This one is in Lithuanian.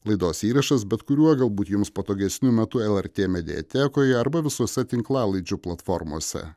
laidos įrašas bet kuriuo galbūt jums patogesniu metu lrt mediatekoje arba visose tinklalaidžių platformose